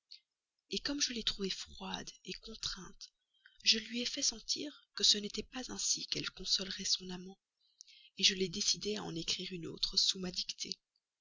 lettre comme je l'ai trouvée froide contrainte je lui ai fait sentir que ce n'était pas ainsi qu'elle consolerait son amant je l'ai décidée à en écrire une autre sous ma dictée